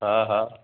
हा हा